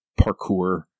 parkour